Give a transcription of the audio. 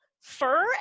fur